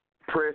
press